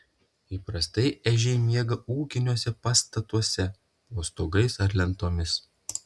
įprastai ežiai miega ūkiniuose pastatuose po stogais ar lentomis